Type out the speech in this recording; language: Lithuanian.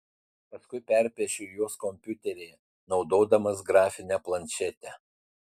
paskui perpiešiu juos kompiuteryje naudodamas grafinę planšetę